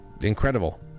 Incredible